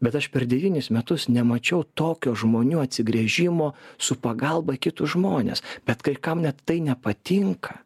bet aš per devynis metus nemačiau tokio žmonių atsigręžimo su pagalba į kitus žmones bet kai kam net tai nepatinka